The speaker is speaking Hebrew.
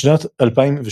בשנת 2002,